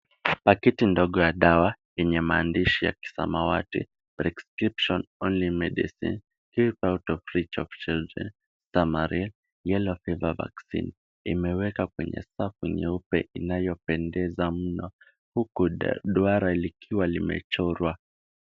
Pakiti ndogo ya dawa yenye maandishi ya kisamawati prescription only medicine keep out of reach of children. Stamaril. Yellow fever vaccine imewekwa kwenye safu nyeupe inayopendeza mno huku duara likiwa limechorwa.